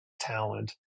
talent